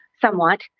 somewhat